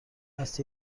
است